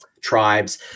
tribes